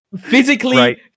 Physically